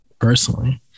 personally